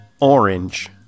Orange